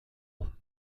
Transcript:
ans